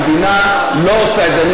המדינה לא עושה את זה.